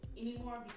anymore